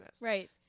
right